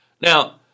Now